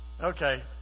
okay